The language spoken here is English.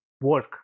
work